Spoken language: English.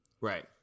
right